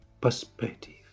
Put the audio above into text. perspective